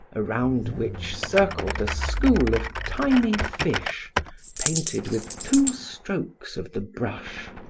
around which circled a school of tiny fish painted with two strokes of the brush.